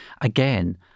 again